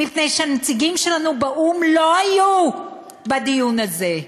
מפני שהנציגים שלנו באו"ם לא היו בדיון הזה,